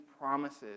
promises